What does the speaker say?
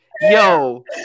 yo